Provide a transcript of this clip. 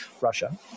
Russia